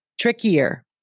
Trickier